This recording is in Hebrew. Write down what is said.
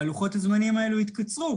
לוחות הזמנים האלה יתקצרו